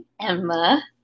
Emma